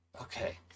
Okay